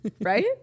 right